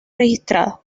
registrada